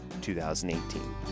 2018